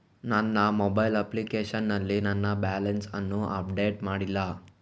ನನ್ನ mobile application ನಲ್ಲಿ ನನ್ನ ಬ್ಯಾಲೆನ್ಸ್ ಅನ್ನು ಅಪ್ಡೇಟ್ ಮಾಡ್ಲಿಲ್ಲ